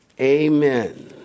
Amen